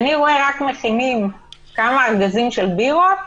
אני רואה שמכינים כמה ארגזים של בירות,